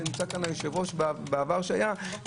שנמצא פה היושב-ראש בעבר שהיה,